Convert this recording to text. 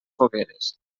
fogueres